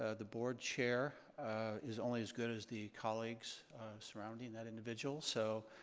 ah the board chair is only as good as the colleagues surrounding that individual. so,